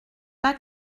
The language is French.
pas